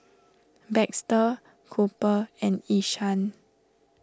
Baxter Cooper and Ishaan